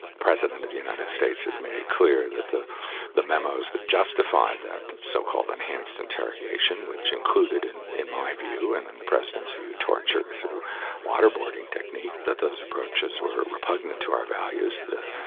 president of the united states has made it clear that the the memos that justified that so-called enhanced interrogation, which included, in in my view and and the president's view, torture through water boarding technique, that those approaches were repugnant to our values.